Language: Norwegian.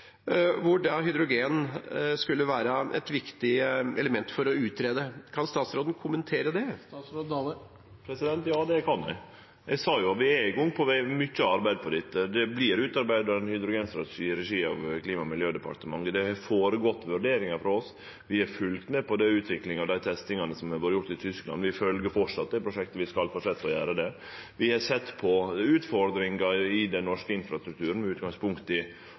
hydrogen skulle være et viktig element å utrede. Kan statsråden kommentere det? Ja, det kan eg. Eg sa at vi er i gang med mykje arbeid på dette området. Det vert utarbeidd ein hydrogenstrategi i regi av Klima- og miljødepartementet. Det har vore vurderingar hos oss. Vi har følgt med på utviklinga og på dei testingane som har vore gjorde i Tyskland. Vi følgjer framleis det prosjektet, vi skal fortsetje å gjere det. Vi har sett på utfordringar i den norske infrastrukturen, med utgangspunkt i